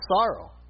sorrow